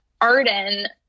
Arden